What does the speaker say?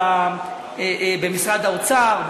במשרד האוצר,